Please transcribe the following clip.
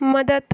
मदत